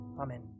Amen